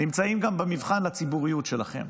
אתם נמצאים גם במבחן לציבוריות שלכם.